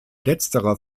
letzterer